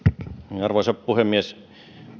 arvoisa puhemies